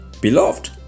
Beloved